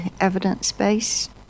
evidence-based